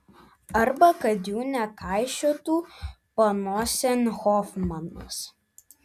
arba kad jų nekaišiotų panosėn hofmanas